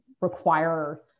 require